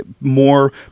more